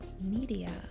media